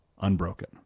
unbroken